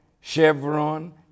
Chevron